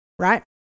Right